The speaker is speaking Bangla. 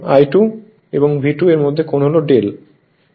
এখন I2 এবং V2 এর মধ্যে কোণ হল δ